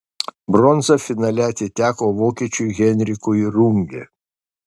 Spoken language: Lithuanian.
bronza finale atiteko vokiečiui henrikui runge